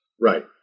Right